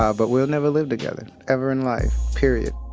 ah but we'll never live together ever in life period